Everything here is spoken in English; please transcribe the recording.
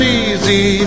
easy